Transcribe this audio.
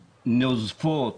נוזפות.